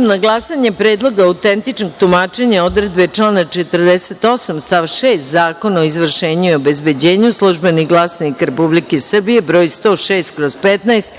na glasanje Predlog autentičnog tumačenja odredbe člana 48. stav 6. Zakona o izvršenju i obezbeđenju („Službeni glasnik Republike Srbije“ broj 106/15,